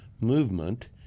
movement